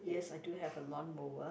yes I do have a lawn mower